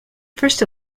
first